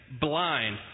blind